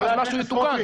איך משהו יטופל?